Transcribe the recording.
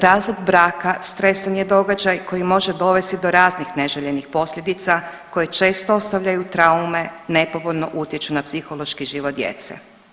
Razvod braka stresan je događaj koji može dovesti do raznih neželjenih posljedica koje često ostavljaju traume, nepovoljno utječu na psihološki život djece.